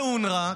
ואונר"א,